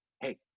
hey